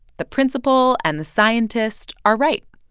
the principal and the scientist are right.